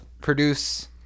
produce